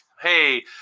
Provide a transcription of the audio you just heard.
hey